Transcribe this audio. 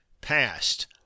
past